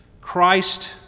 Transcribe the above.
Christ